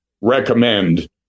recommend